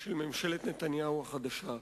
של ממשלת נתניהו החדשה.